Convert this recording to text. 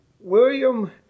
William